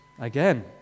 Again